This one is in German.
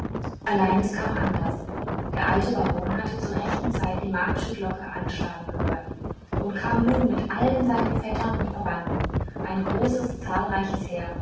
allein es kam anders der alte baron hatte zur rechten zeit die magische glocke anschlagen gehört und kam nun mit allen seinen vettern und verwandten ein großes zahlreiches heer